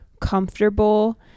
comfortable